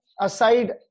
aside